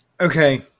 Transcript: Okay